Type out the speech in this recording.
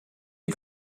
ein